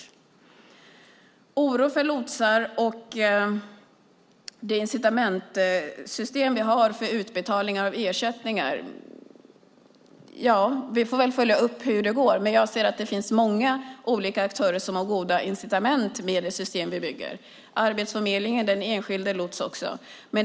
När det gäller oro för lotsar och det incitamentsystem vi har för utbetalningar av ersättningar får vi väl följa upp och se hur det går, men jag ser att det finns många olika aktörer som har goda incitament med det system vi bygger - Arbetsförmedlingen och också den enskilda lotsen.